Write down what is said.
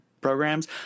programs